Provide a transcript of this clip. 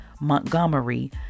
Montgomery